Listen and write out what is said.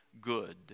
good